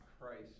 Christ